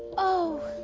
oh,